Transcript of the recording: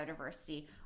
biodiversity